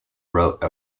wrote